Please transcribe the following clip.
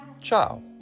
Ciao